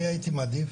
אני הייתי מעדיף